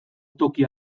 toki